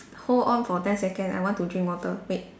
hold on for ten second I want to drink water wait